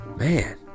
Man